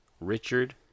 Richard